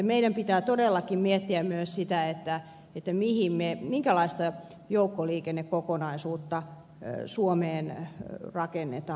meidän pitää todellakin miettiä myös sitä minkälaista joukkoliikennekokonaisuutta suomeen rakennetaan